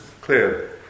clear